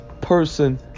person